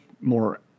more